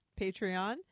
Patreon